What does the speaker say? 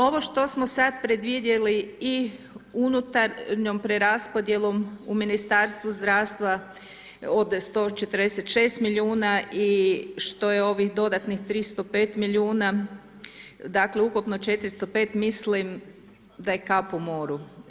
Ovo što smo sad predvidjeli i unutarnjom preraspodjelom u Ministarstvu zdravstva od 146 milijuna i što je ovih dodatnih 305 milijuna dakle ukupno 405 mislim da je kap u moru.